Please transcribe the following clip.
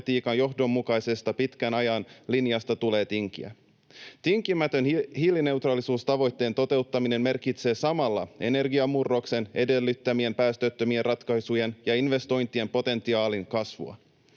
johdonmukaisesta pitkän ajan linjasta tulee tinkiä. Tinkimätön hiilineutraalisuustavoitteen toteuttaminen merkitsee samalla energiamurroksen edellyttämien päästöttömien ratkaisujen ja investointien potentiaalin kasvua.